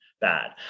bad